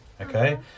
okay